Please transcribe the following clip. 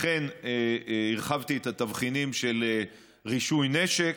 לכן הרחבתי את התבחינים של רישוי נשק.